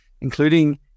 including